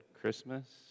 Christmas